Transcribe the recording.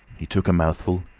he took a mouthful,